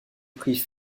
prix